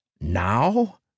Now